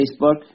Facebook